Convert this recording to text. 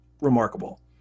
remarkable